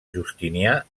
justinià